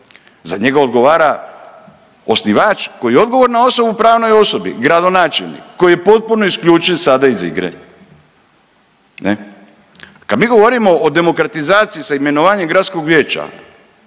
za njega odgovara osnivač koji je odgovorna osoba u pravnoj osobi, gradonačelnik koji je potpuno isključen sada iz igre, ne. Kad mi govorimo o demokratizaciji sa imenovanjem gradskog vijeća